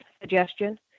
suggestion